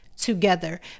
together